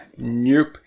Nope